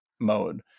mode